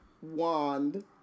wand